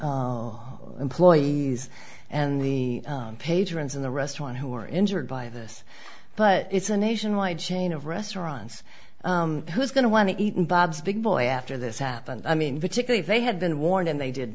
employees and the patrons in the restaurant who were injured by this but it's a nationwide chain of restaurants who's going to want to eat and bob's big boy after this happened i mean particularly they had been warned and they did